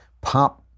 pop